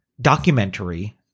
documentary